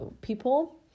people